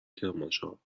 کرمانشاه